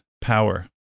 power